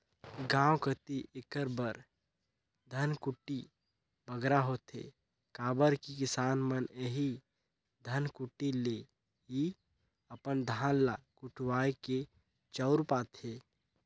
गाँव कती एकर बर धनकुट्टी बगरा होथे काबर कि किसान मन एही धनकुट्टी ले ही अपन धान ल कुटवाए के चाँउर पाथें